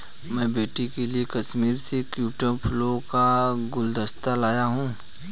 मैं बेटी के लिए कश्मीर से ट्यूलिप फूलों का गुलदस्ता लाया हुं